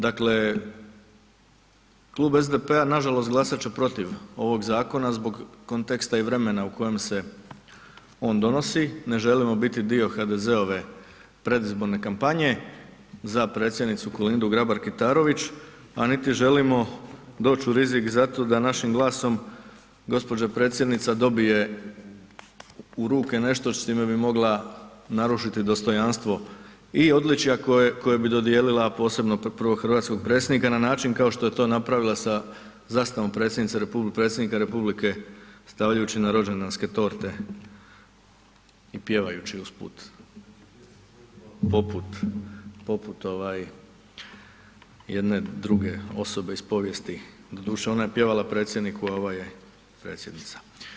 Dakle, klub SDP-a nažalost glasat će protiv ovog zakon zbog konteksta i vremena u kojem se on donosi, ne želimo biti dio HDZ-ove predizborne kampanje za Predsjednicu Kolindu Grabar Kitarović a niti želimo doći u rizik zato da našim glasom gđa. Predsjednica dobije u ruke nešto s čime bi mogla narušiti dostojanstvo i odličja koje bi dodijelila a posebno prvog hrvatskog Predsjednika na način kao što je to napravila sa zastavom Predsjednika Republike stavljajući na rođendanske torte i pjevajući usput poput jedne druge osobe iz povijesti, doduše, ona je pjevala Predsjedniku a ovo je Predsjednica.